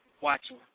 watching